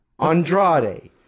Andrade